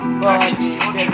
body